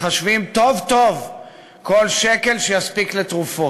מחשבים טוב-טוב כל שקל, שיספיק לתרופות.